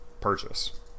purchase